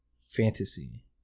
Fantasy